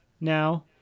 now